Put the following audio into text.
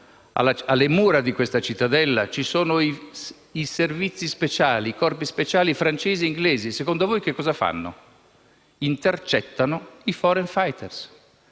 alle mura di quella cittadella ci sono i corpi speciali francesi e inglesi? Secondo voi che cosa fanno? Intercettano i *foreign fighter*.